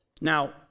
Now